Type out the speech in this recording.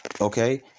okay